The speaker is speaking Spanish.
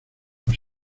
los